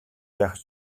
байхад